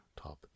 top